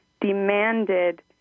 demanded